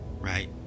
Right